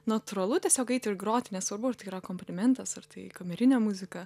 natūralu tiesiog eiti ir groti nesvarbu ar tai yra akomponimentas ar tai kamerinė muzika